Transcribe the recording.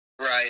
right